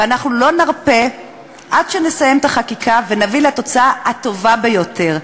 ואנחנו לא נרפה עד שנסיים את החקיקה ונביא לתוצאה הטובה ביותר.